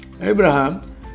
Abraham